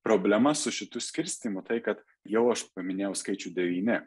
problema su šitu skirstymu tai kad jau aš paminėjau skaičių devyni